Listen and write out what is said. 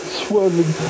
swirling